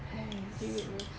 period bro